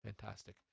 Fantastic